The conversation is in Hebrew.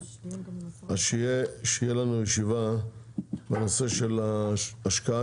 אני מבקש שתהיה לנו ישיבה בנושא של ההשקעה